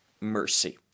mercy